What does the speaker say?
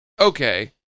okay